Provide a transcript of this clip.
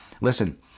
Listen